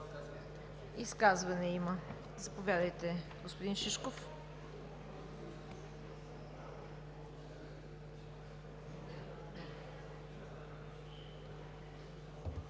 Изказване има – заповядайте, господин Шишков.